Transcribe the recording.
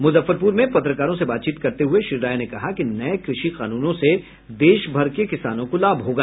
मुजफ्फरपुर में पत्रकारों से बातचीत करते हुए श्री राय ने कहा कि नये कृषि कानूनों से देश भर के किसानों को लाभ होगा